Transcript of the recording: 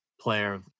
player